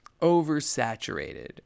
oversaturated